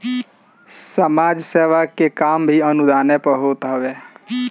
समाज सेवा के काम भी अनुदाने पअ होत हवे